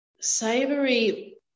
Savory